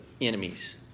enemies